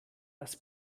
das